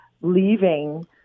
leaving